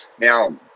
Now